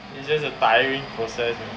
it's just a tiring process